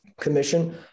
Commission